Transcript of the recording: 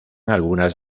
algunas